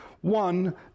one